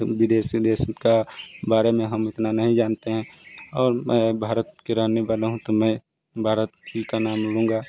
विदेश विदेश के बारे में हम इतना नहीं जानते हैं और मैं भारत का रहने वाला हूँ तो मैं भारत का ही नाम लूँगा